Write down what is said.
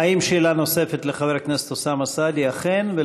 האם לחבר הכנסת אוסאמה סעדי יש שאלה נוספת?